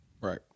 Right